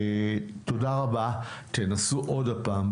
תודה רבה, כן, נסו עוד הפעם,